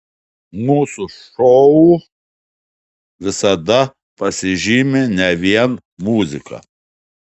mūsų šou visada pasižymi ne vien muzika